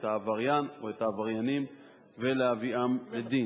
העבריין או העבריינים ולהביאם לדין.